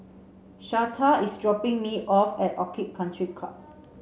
Shasta is dropping me off at Orchid Country Club